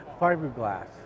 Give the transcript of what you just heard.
fiberglass